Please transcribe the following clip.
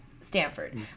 Stanford